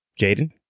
Jaden